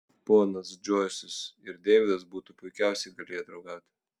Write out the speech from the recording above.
ponas džoisas ir deividas būtų puikiausiai galėję draugauti